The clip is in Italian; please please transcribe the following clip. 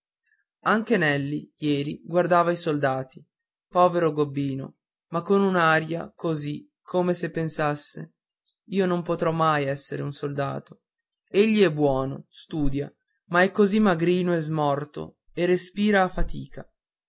anche nelli ieri guardava i soldati povero gobbino ma con un'aria così come se pensasse io non potrò esser mai un soldato egli è buono studia ma è così magrino e smorto e respira a fatica